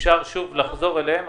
אפשר לחזור אליהם,